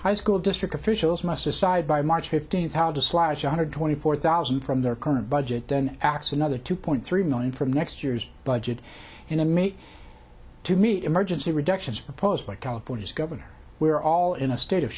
high school district officials must decide by march fifteenth how to slash one hundred twenty four thousand from their current budget then axe another two point three million from next year's budget and a mate to meet emergency reductions proposed by california's governor we are all in a state of